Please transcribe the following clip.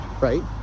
right